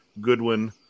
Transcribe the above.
Goodwin